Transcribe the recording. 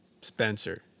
Spencer